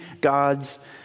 God's